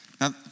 Now